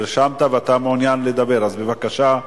נרשמת ואתה מעוניין לדבר, אז בבקשה.